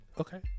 Okay